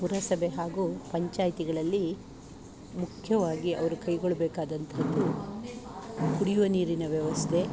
ಪುರಸಭೆ ಹಾಗೂ ಪಂಚಾಯ್ತಿಗಳಲ್ಲಿ ಮುಖ್ಯವಾಗಿ ಅವರು ಕೈಗೊಳ್ಳಬೇಕಾದಂತಹದ್ದು ಕುಡಿಯುವ ನೀರಿನ ವ್ಯವಸ್ಥೆ